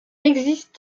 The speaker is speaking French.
existe